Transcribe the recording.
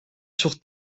sur